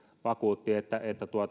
vakuutti että